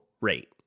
rate